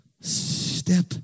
step